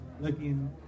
looking